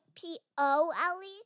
P-O-L-E